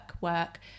work